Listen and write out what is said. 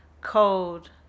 cold